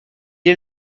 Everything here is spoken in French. est